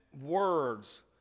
words